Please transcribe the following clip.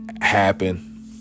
happen